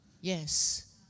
Yes